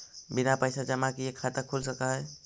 बिना पैसा जमा किए खाता खुल सक है?